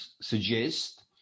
suggest